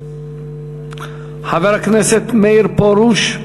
חבר הכנסת מאיר פרוש,